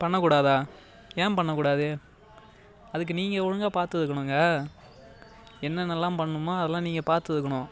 பண்ணக் கூடாதா ஏன் பண்ணக் கூடாது அதுக்கு நீங்கள் ஒழுங்காக பார்த்துருக்கணுங்க என்னென்னலாம் பண்ணுமோ அதெல்லாம் நீங்கள் பார்த்துருக்கணும்